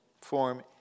form